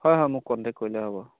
হয় হয় মোক কণ্টেক কৰিলে হ'ব